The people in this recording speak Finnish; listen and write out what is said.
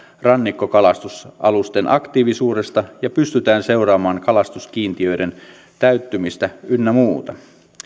rannikkokalastusalusten aktiivisuudesta ja pystytään seuraamaan kalastuskiintiöiden täyttymistä ynnä muuta